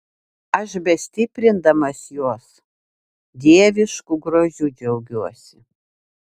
aš bestiprindamas juos dievišku grožiu džiaugiuosi